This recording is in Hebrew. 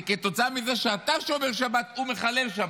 כי כתוצאה מזה שאתה שומר שבת, הוא מחלל שבת.